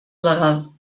legal